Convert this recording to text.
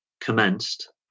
commenced